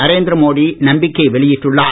நரேந்திர மோடி நம்பிக்கை வெளியிட்டுள்ளார்